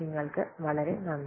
നിങ്ങൾക്ക് വളരെ നന്ദി